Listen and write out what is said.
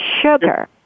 sugar